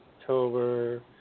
October